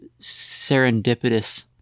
serendipitous